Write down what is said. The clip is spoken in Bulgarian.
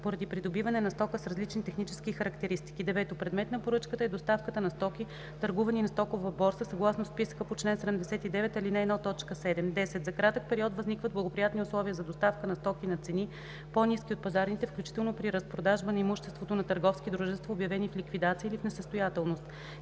поради придобиване на стока с различни технически характеристики; 9. предмет на поръчката е доставката на стоки, търгувани на стокова борса, съгласно списъка по чл. 79, ал. 1, т. 7; 10. за кратък период възникнат благоприятни условия за доставка на стоки на цени, по-ниски от пазарните, включително при разпродажба на имуществото на търговски дружества, обявени в ликвидация или в несъстоятелност;